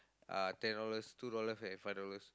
uh ten dollars two dollars and five dollars